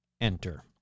enter